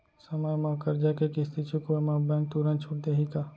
समय म करजा के किस्ती चुकोय म बैंक तुरंत छूट देहि का?